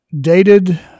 dated